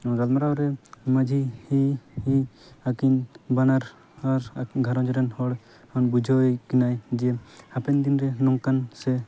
ᱜᱟᱞᱢᱟᱨᱟᱣ ᱨᱮ ᱢᱟᱹᱡᱷᱤ ᱟᱹᱠᱤᱱ ᱵᱟᱱᱟᱨ ᱟᱨ ᱜᱷᱟᱨᱚᱸᱡᱽ ᱨᱮᱱ ᱦᱚᱲ ᱵᱩᱡᱷᱟᱹᱣ ᱠᱤᱱᱟᱹᱭ ᱡᱮ ᱦᱟᱯᱮᱱ ᱫᱤᱱ ᱨᱮ ᱱᱚᱝᱠᱟᱱ ᱥᱮ